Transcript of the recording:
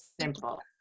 simple